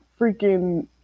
freaking